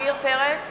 עמיר פרץ